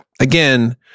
again